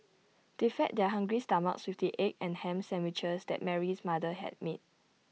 they fed their hungry stomachs with the egg and Ham Sandwiches that Mary's mother had made